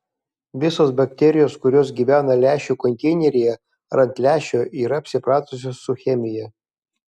visos bakterijos kurios gyvena lęšių konteineryje ar ant lęšio yra apsipratusios su chemija